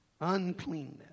Uncleanness